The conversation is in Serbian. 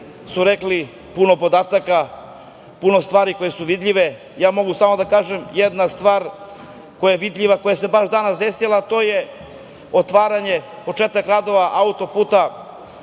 su rekle puno podataka, puno stvari koje su vidljive, ja mogu samo da kažem jednu stvar koja je vidljiva, koja se baš danas desila, a to je početak radova autoputa